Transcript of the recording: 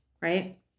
right